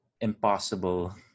impossible